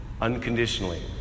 unconditionally